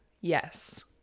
Yes